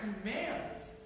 commands